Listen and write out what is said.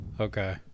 Okay